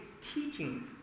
teaching